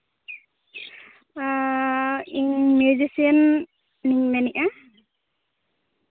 ᱤᱧ ᱢᱤᱣᱡᱤᱥᱤᱭᱟᱱ ᱤᱧ ᱢᱮᱱᱮᱫᱼᱟ